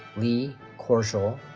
lee korshoj,